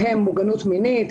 בהם מוגנות מינית,